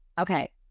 Okay